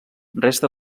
resta